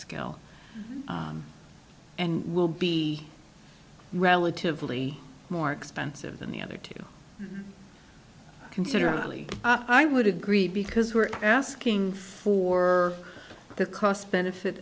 skill and will be relatively more expensive than the other two considerately i would agree because we're asking for the cost benefit